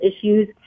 issues